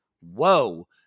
whoa